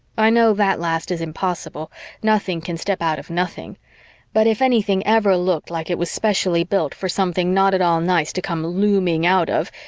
i know that last is impossible nothing can step out of nothing but if anything ever looked like it was specially built for something not at all nice to come looming out of,